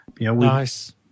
Nice